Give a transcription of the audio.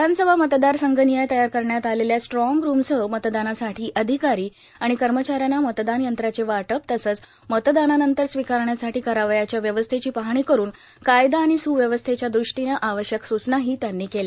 विधानसभा मतदारसंघनिहाय तयार करण्यात आलेल्या स्ट्रांग रूमसह मतदानासाठी अधिकारी आणि कर्मचाऱ्यांना मतदान यंत्राचे वाटप तसंच मतदानानंतर स्वीकारण्यासाठी करावयाच्या व्यवस्थेची पाहणी करून कायदा आणि सुव्यवस्थेच्या दृष्टीनं आवश्यक सूचना ही त्यांनी केल्या